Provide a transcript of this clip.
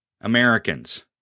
Americans